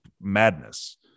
madness